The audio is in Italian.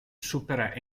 supera